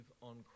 on